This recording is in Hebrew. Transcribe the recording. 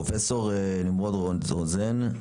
פרופ' נמרוד רוזן,